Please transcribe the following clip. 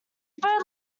bird